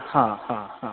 हा ह ह